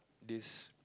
this